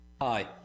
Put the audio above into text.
Hi